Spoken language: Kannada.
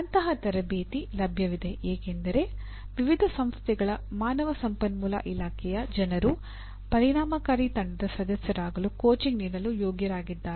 ಅಂತಹ ತರಬೇತಿ ಲಭ್ಯವಿದೆ ಏಕೆಂದರೆ ವಿವಿಧ ಸಂಸ್ಥೆಗಳ ಮಾನವ ಸಂಪನ್ಮೂಲ ಇಲಾಖೆಯ ಜನರು ಪರಿಣಾಮಕಾರಿ ತಂಡದ ಸದಸ್ಯರಾಗಲು ಕೋಚಿಂಗ್ ನೀಡಲು ಯೋಗ್ಯರಾಗಿದ್ದಾರೆ